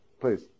please